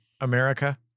America